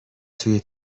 توی